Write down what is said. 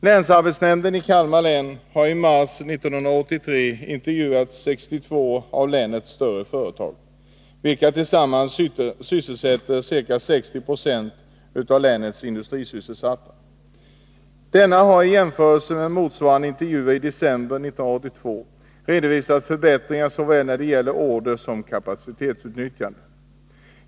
Länsarbetsnämnden i Kalmar län har i mars 1983 intervjuat 62 av länets större företag, vilka tillsammans sysselsätter ca 60 26 av länets industrisysselsatta. I jämförelse med motsvarande intervjuer i december 1982 kan nu redovisas förbättringar när det gäller såväl order som kapacitetsutnyttjande.